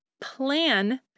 plan